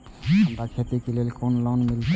हमरा खेती करे के लिए लोन केना मिलते?